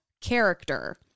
character